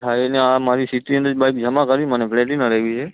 હા અને આ મારી સીટી હન્ડ્રેડ બાઈક જમા કરી મને પ્લેટિના લેવી છે